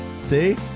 See